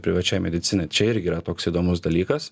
privačiai medicinai čia irgi yra toks įdomus dalykas